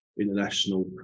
international